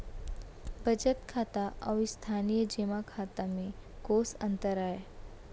बचत खाता अऊ स्थानीय जेमा खाता में कोस अंतर आय?